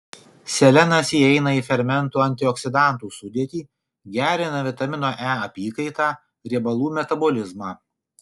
selenas įeina į fermentų antioksidantų sudėtį gerina vitamino e apykaitą riebalų metabolizmą